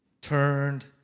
turned